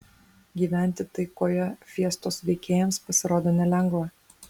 gyventi taikoje fiestos veikėjams pasirodo nelengva